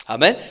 Amen